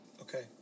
Okay